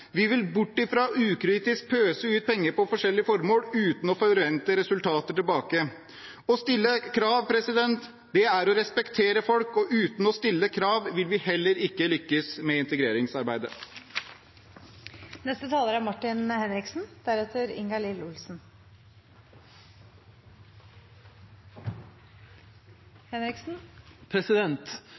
Vi vil bort fra ukritisk å pøse ut penger på forskjellige formål uten å forvente resultater tilbake. Å stille krav er å respektere folk, og uten å stille krav vil vi heller ikke lykkes med integreringsarbeidet. Utdanning er